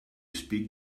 speak